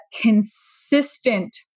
consistent